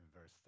verse